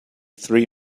three